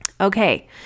okay